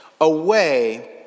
away